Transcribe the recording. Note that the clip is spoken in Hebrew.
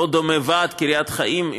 לא דומה ועד קריית חיים,